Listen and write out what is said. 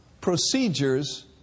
procedures